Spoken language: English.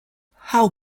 how